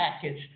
package